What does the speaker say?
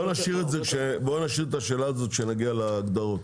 בוא נשאיר את השאלה הזאת כשנגיע להגדרות.